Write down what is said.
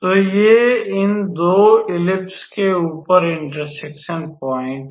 तो ये इन 2 दीर्घवृत्तों के ऊपर इंटरसेक्शन पॉइंट हैं